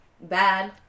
Bad